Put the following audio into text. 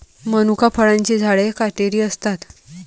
मनुका फळांची झाडे काटेरी असतात